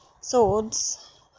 Swords